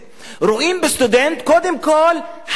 רואים בסטודנט קודם כול חייל,